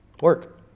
Work